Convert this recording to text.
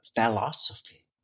philosophy